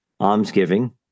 Almsgiving